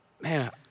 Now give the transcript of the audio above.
man